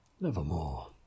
nevermore